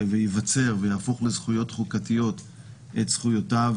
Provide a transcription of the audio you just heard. וייבצר ויהפוך לזכויות חוקתיות את זכויותיו